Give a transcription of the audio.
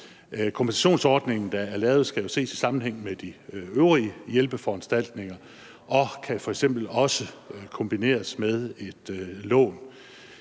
Kompensationsordningen, der er lavet, skal jo ses i sammenhæng med de øvrige hjælpeforanstaltninger og kan f.eks. også kombineres med et lån.